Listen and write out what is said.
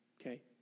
Okay